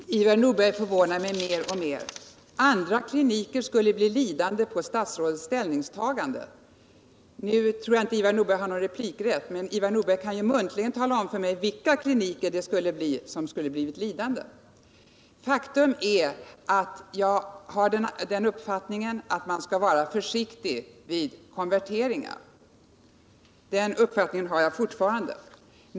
Herr talman! Ivar Nordberg förvånar mig mer och mer. Andra kliniker skulle alltså bli lidande på grund av statsrådets ställningstagande! Nu tror jag inte att Ivar Nordberg har någon replikrätt, men Ivar Nordberg kan ju sedan tala om för mig vilka kliniker som skulle kunna bli lidande. Jag vågar hävda att han blir mig svaret skyldig. Faktum är att jag har den uppfattningen att man skall vara försiktig vid konverteringar av tjänster.